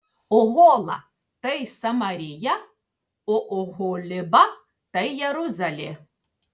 ohola tai samarija o oholiba tai jeruzalė